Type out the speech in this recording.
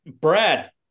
Brad